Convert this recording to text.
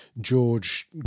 george